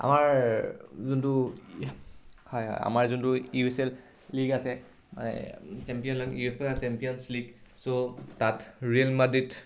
আমাৰ যোনটো হয় আমাৰ যোনটো ইউ এছ এল লীগ আছে মানে চেম্পিয়ন ইউ এচ এল আছে চেম্পিয়নছ লীগ ছ' তাত ৰিয়েল মাড্ৰিড